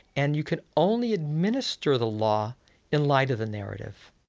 and you could only administer the law in light of the narrative